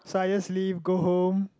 so I just leave go home